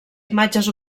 imatges